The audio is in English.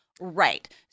Right